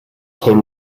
came